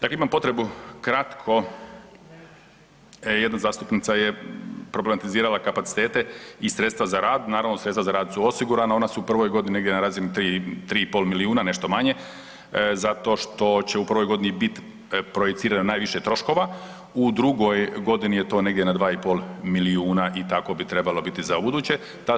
Dakle imamo potrebu kratko, jedna zastupnica je problematizirala kapacitete i sredstva za rad, naravno, sredstva za rad su osigurana, ona su u prvoj godini negdje oko 3, 3,5 milijuna, nešto manje zato što će u prvoj godini biti projicirano najviše troškova, u drugoj godini je to negdje na 2,5 milijuna i tako bi trebalo biti za ubuduće.